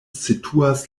situas